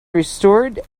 restored